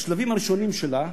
בשלבים הראשונים שלה,